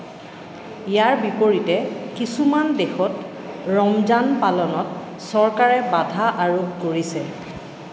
ইয়াৰ বিপৰীতে কিছুমান দেশত ৰমজান পালনত চৰকাৰে বাধা আৰোপ কৰিছে